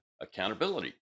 accountability